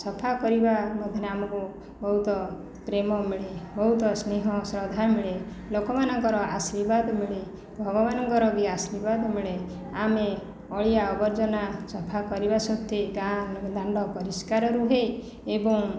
ସଫା କରିବା ମଧ୍ୟରେ ଆମକୁ ବହୁତ ପ୍ରେମ ମିଳେ ବହୁତ ସ୍ନେହ ଶ୍ରଦ୍ଧା ମିଳେ ଲୋକମାନଙ୍କର ଆଶୀର୍ବାଦ ମିଳେ ଭଗବାନଙ୍କର ବି ଆଶୀର୍ବାଦ ମିଳେ ଆମେ ଅଳିଆ ଆବର୍ଜନା ସଫା କରିବା ସତ୍ତ୍ୱେ ଗାଁ ଦାଣ୍ଡ ପରିଷ୍କାର ରୁହେ ଏବଂ